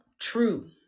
true